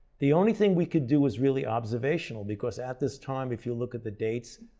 the only thing we could do was really observational, because at this time if you look at the dates,